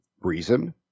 reason